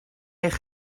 eich